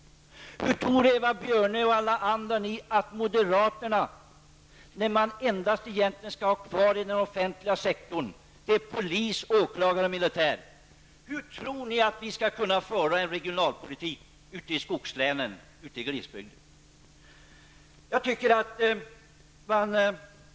Hur tror Eva Björne och alla ni andra att moderaterna skall kunna föra en regionalpolitik ute i skogslänen och glesbygden när det enda som skall finnas kvar inom den offentliga sektorn är polis, åklagare och militär?